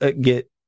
get